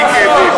לשמוע,